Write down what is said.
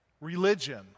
religion